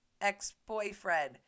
ex-boyfriend